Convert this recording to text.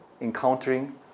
encountering